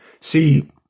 See